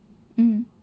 mm